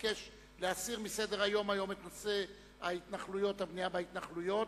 ביקש להסיר מסדר-היום היום את נושא הבנייה בהתנחלויות,